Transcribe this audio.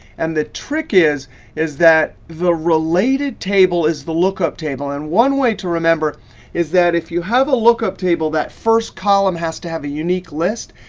and the trick is is that the related table is the lookup table. and one way to remember is that if you have a lookup table, that first column has to have a unique list.